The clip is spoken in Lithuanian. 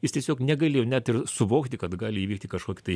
jis tiesiog negalėjo net ir suvokti kad gali įvykti kažkoki tai